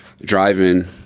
driving